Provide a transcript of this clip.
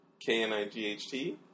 K-N-I-G-H-T